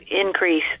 increase